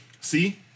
see